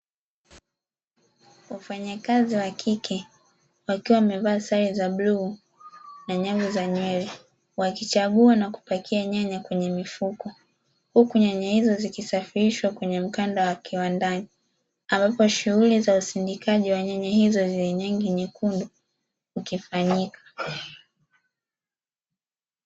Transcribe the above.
Wafanyakazi wa kike wakiwa wamevaa sare za bluu na nyavu za nywele, wakichagua na kupakia nyanya kwenye mifuko. Huku nyanya hizo zikisafishwa kwenye mkanda wa kiwandani, ambapo shughuli za usindikaji wa nyanya hizo zilizo nyingi nyekundu ukifanyika.